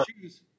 choose